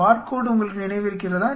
barcode உங்களுக்கு நினைவிருக்கிறதா